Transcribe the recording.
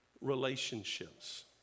relationships